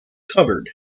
covered